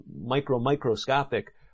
micro-microscopic